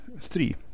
three